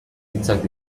hitzak